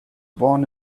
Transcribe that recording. born